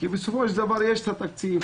בסופו של דבר יש תקציב,